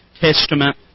Testament